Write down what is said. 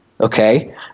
okay